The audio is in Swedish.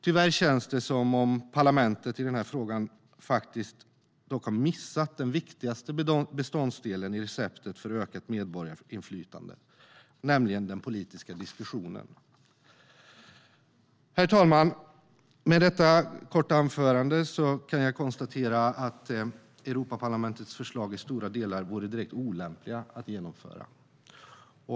Tyvärr känns det dock som om parlamentet i den här frågan har missat den viktigaste beståndsdelen i receptet för ökat medborgarinflytande, nämligen den politiska diskussionen. Herr talman! Med detta korta anförande kan jag konstatera att Europaparlamentets förslag i stora delar vore direkt olämpliga att genomföra.